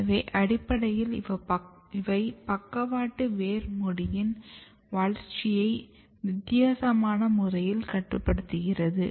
எனவே அடிப்படையில் இவை பக்கவாட்டு வேர் மூடியின் வளர்ச்சியை வித்தியாசமான முறையில் கட்டுப்படுத்துகிறது